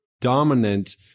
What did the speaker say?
dominant